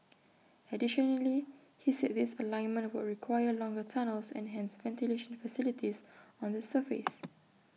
additionally he said this alignment would require longer tunnels and hence ventilation facilities on the surface